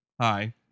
Hi